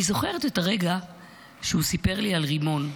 אני זוכרת את הרגע שהוא סיפר לי על רימון.